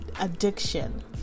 addiction